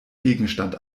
gegenstand